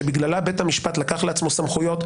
שבגללה בית המשפט לקח לעצמו סמכויות,